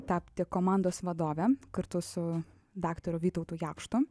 tapti komandos vadove kartu su daktaru vytautu jakštu